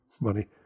money